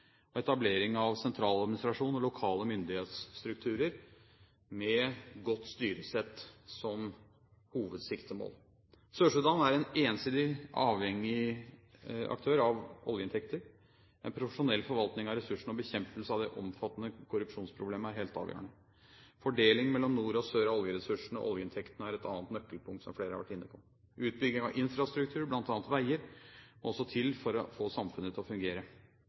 og etableringen av sentraladministrasjon og lokale myndighetsstrukturer, med godt styresett som hovedsiktemål. Sør-Sudan er ensidig avhengig av oljeinntekter. En profesjonell forvaltning av ressursene og bekjempelse av det omfattende korrupsjonsproblemet er helt avgjørende. Fordeling mellom nord og sør av oljeressursene og oljeinntektene er et annet nøkkelpunkt, som flere har vært inne på. Utbygging av infrastruktur, bl.a. veier, må også til for å få samfunnet til å fungere.